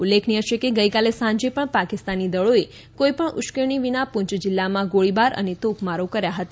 ઉલ્લેખનિય છે કે ગઈકાલે સાંજે પણ પાકિસ્તાની દળોએ કોઈપણ ઉશ્કેરણી વિના પ્રંય જિલ્લામાં ગોળીબાર અને તોપમારો કર્યા હતા